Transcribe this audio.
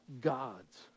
God's